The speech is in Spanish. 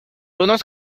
unos